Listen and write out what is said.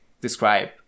describe